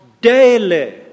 daily